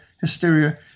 hysteria